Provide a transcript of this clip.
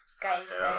Guys